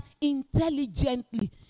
intelligently